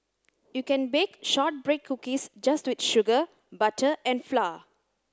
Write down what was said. you can bake shortbread cookies just with sugar butter and flour